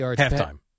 Halftime